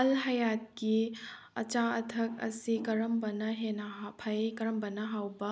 ꯑꯜ ꯍꯌꯥꯠꯀꯤ ꯑꯆꯥ ꯑꯊꯛ ꯑꯁꯤ ꯀꯔꯝꯕꯅ ꯍꯦꯟꯅ ꯐꯩ ꯀꯔꯝꯕꯅ ꯍꯥꯎꯕ